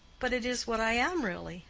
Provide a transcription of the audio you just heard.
but it is what i am really.